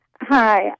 Hi